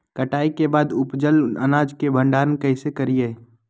कटाई के बाद उपजल अनाज के भंडारण कइसे करियई?